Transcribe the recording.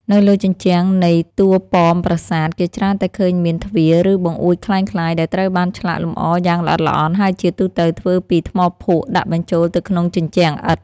នៅលើជញ្ជាំងនៃតួប៉មប្រាសាទ គេច្រើនតែឃើញមាន ទ្វារ ឬបង្អួចក្លែងក្លាយ ដែលត្រូវបានឆ្លាក់លម្អយ៉ាងល្អិតល្អន់ ហើយជាទូទៅធ្វើពីថ្មភក់ដាក់បញ្ចូលទៅក្នុងជញ្ជាំងឥដ្ឋ។